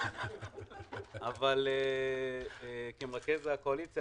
אבל כמרכז הקואליציה